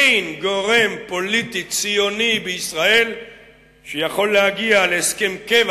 אין גורם פוליטי ציוני בישראל שיכול להגיע להסכם קבע